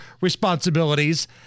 responsibilities